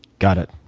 got it.